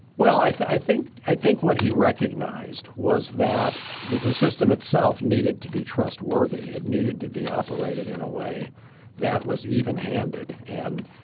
well, i i think i think what he recognized was that the the system itself needed to be trustworthy. it needed to be operated in a way that was evenhanded. and,